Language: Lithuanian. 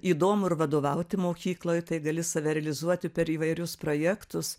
įdomu ir vadovauti mokykloj tai gali save realizuoti per įvairius projektus